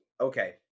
Okay